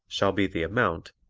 shall be the amount,